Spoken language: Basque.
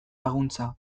laguntza